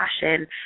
fashion